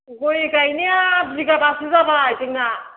गय गायनाया बिगाबासो जाबाय जोंना